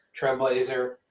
trailblazer